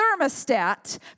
thermostat